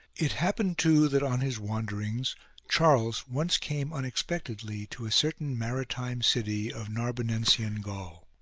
it happened too that on his wanderings charles once came unexpectedly to a certain mari time city of narbonensian gaul.